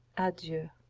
adieu,